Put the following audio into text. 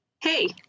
Hey